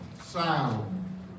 sound